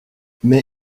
mais